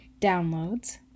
downloads